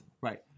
right